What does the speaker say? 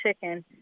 Chicken